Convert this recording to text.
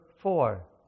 four